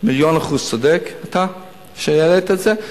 אתה מיליון אחוז צודק שהעלית את זה,